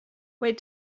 wait